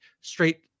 straight